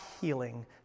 healing